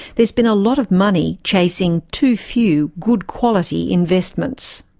there's been a lot of money chasing too few good quality investments.